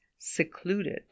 Secluded